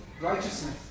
righteousness